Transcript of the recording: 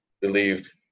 believed